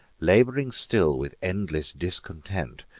lab'ring still with endless discontent,